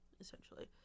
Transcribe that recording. essentially